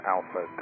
Alpha